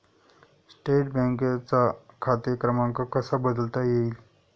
State बँकेचा खाते क्रमांक कसा बदलता येईल?